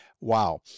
Wow